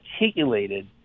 articulated